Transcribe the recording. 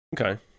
Okay